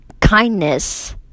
kindness